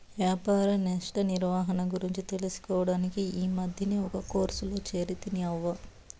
వ్యాపార నష్ట నిర్వహణ గురించి తెలుసుకోడానికి ఈ మద్దినే ఒక కోర్సులో చేరితిని అవ్వా